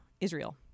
Israel